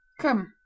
Come